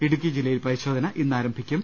ഇടുക്കി ജില്ലയിൽ പരിശോധന ഇന്നാരംഭിക്കും